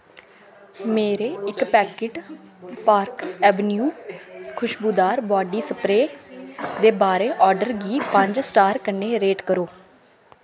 मेरे इक packet Park Avenue खुश्बोदार बाडी स्प्रेऽ दे बारे आर्डर गी पंज स्टार कन्नै रेट करो